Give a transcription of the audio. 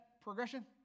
progression